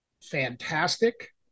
fantastic